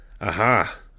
Aha